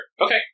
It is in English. Okay